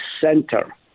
center